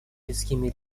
людскими